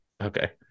okay